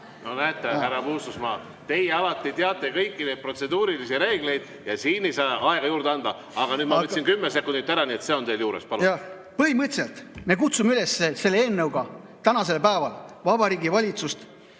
No näete, härra Puustusmaa, teie alati teate kõiki neid protseduurilisi reegleid. Siin ei saa aega juurde anda. Aga nüüd ma võtsin kümme sekundit ära, nii et see on teil alles. Palun! Põhimõtteliselt me kutsume selle eelnõuga Vabariigi Valitsust